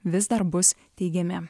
vis dar bus teigiami